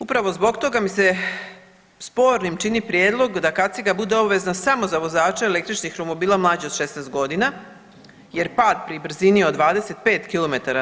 Upravo zbog toga mi se spornim čini prijedlog da kaciga bude obvezna samo za vozače električnih romobila mlađe od 16 godina, jer pad pri brzini od 25 km/